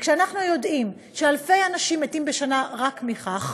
וכשאנחנו יודעים שאלפי אנשים מתים בשנה רק מכך,